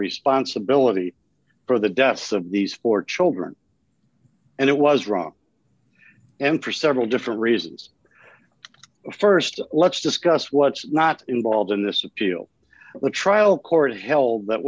responsibility for the deaths of these four children and it was wrong and for several different reasons st let's discuss what's not involved in this appeal the trial court held that